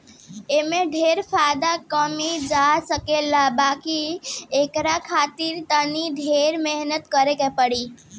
एमे ढेरे फायदा कमाई जा सकेला बाकी एकरा खातिर तनी ढेरे मेहनत करे के पड़ी